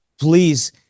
please